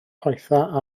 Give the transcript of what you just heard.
poethaf